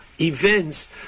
events